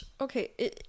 okay